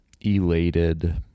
elated